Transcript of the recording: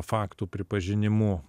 faktų pripažinimu